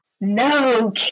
No